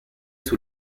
sous